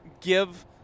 give